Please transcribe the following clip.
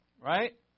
Right